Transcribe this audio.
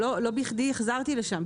אבל לא בכדי החזרתי לשם.